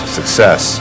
success